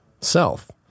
self